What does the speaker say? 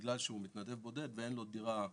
בגלל שהוא מתנדב בודד ואין לו דירה אחרת,